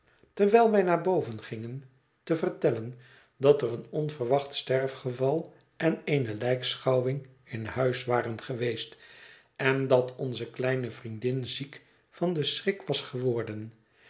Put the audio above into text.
terwijl wij naar boven gingen te vertellen dat er een onverwacht sterfgeval en eene lijkschouwing in huis waren geweest en dat onze kleine vriendin ziek van den schrik was geworden